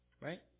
Right